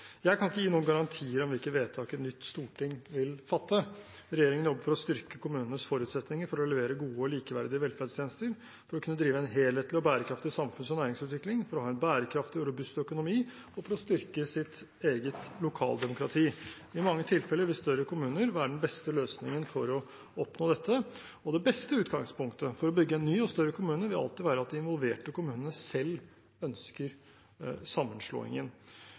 Jeg kan ikke gi noen garantier om hvilke vedtak et nytt Stortinget vil fatte, men regjeringen jobber for å styrke kommunenes forutsetninger for å levere gode og likeverdige velferdstjenester, for å kunne drive en helhetlig og bærekraftig samfunns- og næringsutvikling, for å ha en bærekraftig og robust økonomi og for å styrke sitt eget lokaldemokrati. I mange tilfeller vil større kommuner være den beste løsningen for å oppnå dette, og det beste utgangspunktet for å bygge en ny og større kommune vil alltid være at de involverte kommunene selv ønsker sammenslåingen.